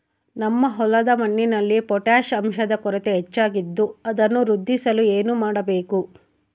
ನಮ್ಮ ಹೊಲದ ಮಣ್ಣಿನಲ್ಲಿ ಪೊಟ್ಯಾಷ್ ಅಂಶದ ಕೊರತೆ ಹೆಚ್ಚಾಗಿದ್ದು ಅದನ್ನು ವೃದ್ಧಿಸಲು ಏನು ಮಾಡಬೇಕು?